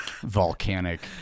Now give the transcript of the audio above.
Volcanic